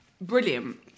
brilliant